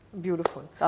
Beautiful